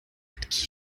mit